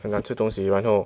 很难吃东西然后